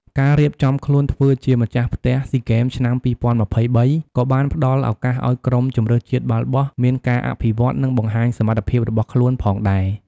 ការរៀបចំខ្លួនធ្វើជាម្ចាស់ផ្ទះស៊ីហ្គេមឆ្នាំ ២០២៣ ក៏បានផ្តល់ឱកាសឱ្យក្រុមជម្រើសជាតិបាល់បោះមានការអភិវឌ្ឍន៍ និងបង្ហាញសមត្ថភាពរបស់ខ្លួនផងដែរ។